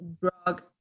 drug